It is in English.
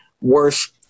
worse